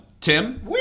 Tim